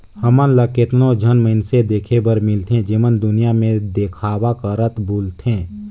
हमन ल केतनो झन मइनसे देखे बर मिलथें जेमन दुनियां में देखावा करत बुलथें